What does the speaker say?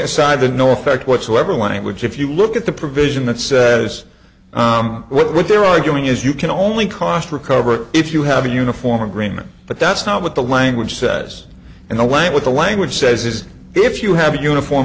aside the no effect whatsoever language if you look at the provision that says what they're arguing is you can only cost recovery if you have a uniform agreement but that's not what the language says and the language the language says is if you have a uniform